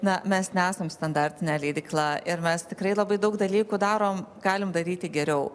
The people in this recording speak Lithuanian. na mes nesam standartinė leidykla ir mes tikrai labai daug dalykų darom galim daryti geriau